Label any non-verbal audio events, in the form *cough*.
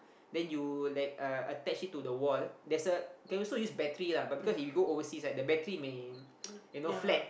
then you like uh attach it to the wall there's a you can also use battery lah but because if you go overseas right the battery may *noise* you know flat